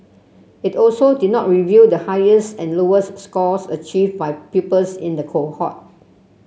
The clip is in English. it also did not reveal the highest and lowest scores achieved by pupils in the cohort